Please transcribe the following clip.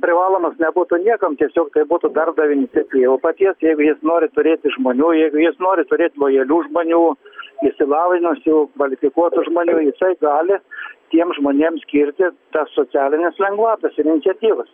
privalomas nebūtų niekam tiesiog tai būtų darbdavio iniciatyva paties jeigu jis nori turėti žmonių jeigu jis nori turėt lojalių žmonių išsilavinusių kvalifikuotų žmonių jisai gali tiem žmonėm skirti tą socialinės lengvatos ir iniciatyvos